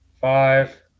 Five